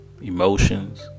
emotions